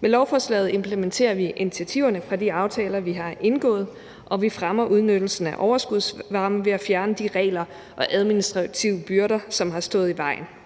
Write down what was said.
Med lovforslaget implementerer vi initiativerne fra de aftaler, vi har indgået, og vi fremmer udnyttelsen af overskudsvarme ved at fjerne de regler og administrative byrder, som har stået i vejen.